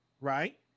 right